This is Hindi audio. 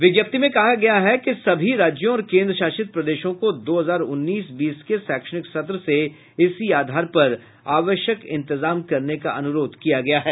विज्ञप्ति में कहा गया है कि सभी राज्यों और केन्द्र शासित प्रदेशों को दो हजार उन्नीस बीस के शैक्षणिक सत्र से इसी आधार पर आवश्यक इंतजाम करने का अनुरोध किया गया है